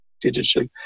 digital